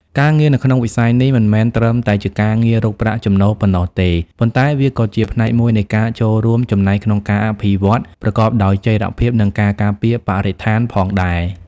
ការងារនៅក្នុងវិស័យនេះ មិនមែនត្រឹមតែជាការងាររកប្រាក់ចំណូលប៉ុណ្ណោះទេ ប៉ុន្តែវាក៏ជាផ្នែកមួយនៃការចូលរួមចំណែកក្នុងការអភិវឌ្ឍប្រកបដោយចីរភាព និងការការពារបរិស្ថានផងដែរ។